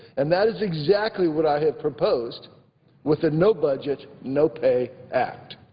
and that is exactly what i have proposed with a no budget, no pay act.